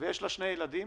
ויש לה שני ילדים,